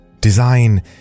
Design